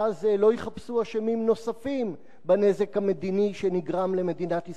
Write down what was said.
ואז לא יחפשו אשמים נוספים בנזק המדיני שנגרם למדינת ישראל.